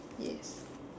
yes